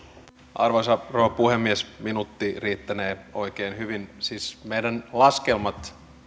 arvoisa rouva puhemies minuutti riittänee oikein hyvin siis meidän laskelmamme